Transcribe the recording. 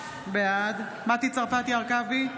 בעד מטי צרפתי הרכבי,